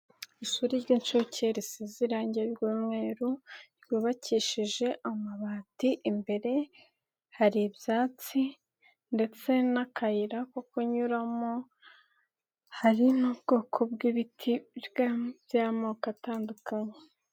Ishuri ry'inshuke risize irangi ry'umweru ryubakishije amabati imbere, hari ibyatsi ndetse n'akayira ko kunyuramo hari n'ubwoko bw'ibiti by'amoko atandukanye.